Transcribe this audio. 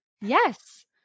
Yes